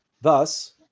Thus